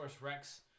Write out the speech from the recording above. Rex